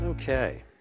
Okay